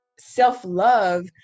self-love